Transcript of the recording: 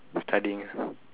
studying ah